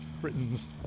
Britain's